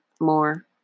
more